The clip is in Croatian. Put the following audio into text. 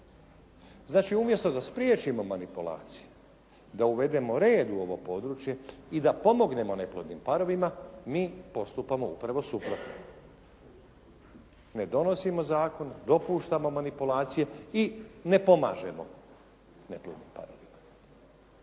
Znači umjesto da spriječimo manipulacije, da uvedemo red u ovo područje i da pomognemo neplodnim parovima mi postupamo upravo suprotno. Ne donosimo zakon, dopuštamo manipulacije i ne pomažemo neplodnim parovima.